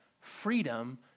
freedom